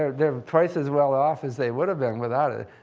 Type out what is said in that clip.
ah they're twice as well-off as they would have been without it,